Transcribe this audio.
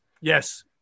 yes